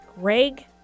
Greg